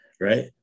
right